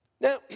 Now